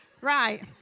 Right